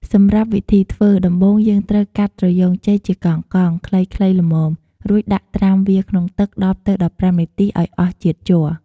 សម្រាប់វិធីធ្វើ ដំបូងយើងត្រូវ កាត់ត្រយូងចេកជាកង់ៗ ខ្លីៗល្មម រួចដាក់ត្រាំវាក្នុងទឹក១០ទៅ១៥នាទីអោយអស់ជាតិជ័រ។